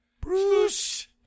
Bruce